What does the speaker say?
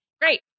Great